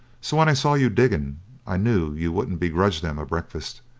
so when i saw you digging i knew you wouldn't begrudge them a breakfast,